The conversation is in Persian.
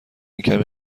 کمی